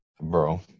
Bro